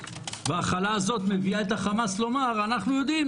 וההכלה הזאת מביאה את החמאס לומר: אנחנו יודעים,